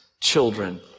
children